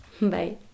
Bye